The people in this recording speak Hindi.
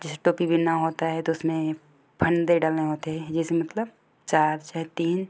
जैसे टोपी बुनना होता है तो उसमें फंदे भी डलने होते हैं जैसे मतलब चार चाहे तीन